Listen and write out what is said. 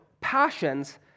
passions